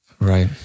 Right